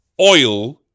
oil